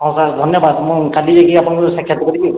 ହଁ ସାର୍ ଧନ୍ୟବାଦ ମୁଁ କାଲି ଯାଇକି ଆପଣଙ୍କୁ ସାକ୍ଷାତ କରିବି